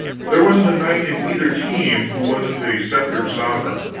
there wasn't a knight in either team who wasn't a sceptered sovereign.